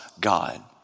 God